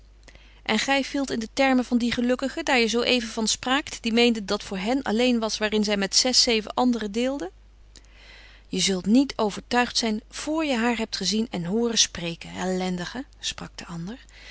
en gij vielt in de termen van die gelukkigen daar je zoo even van spraakt die meenden dat voor hen alleen was waarin zij met zes zeven andere deelden je zult niet overtuigd zijn voor je haar hebt gezien en hooren spreken ellendige sprak de ander